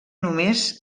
només